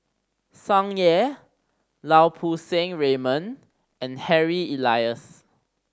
Tsung Yeh Lau Poo Seng Raymond and Harry Elias